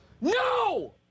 no